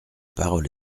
parole